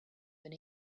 been